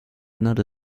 not